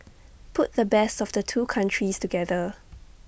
put the best of the two countries together